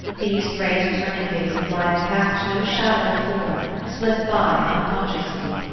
these great turning-days of life cast no shadow before, slip by unconsciously.